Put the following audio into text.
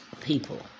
people